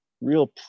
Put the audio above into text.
real